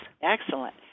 Excellent